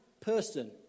Person